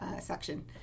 section